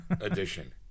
edition